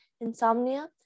insomnia